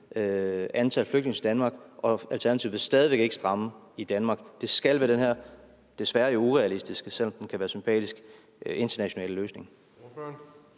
antal flygtninge til Danmark, og så vil Alternativet stadig væk ikke stramme i Danmark, for det skal være den her desværre jo urealistiske – selv om den kan være sympatisk – internationale løsning?